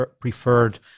preferred